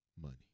Money